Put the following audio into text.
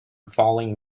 falling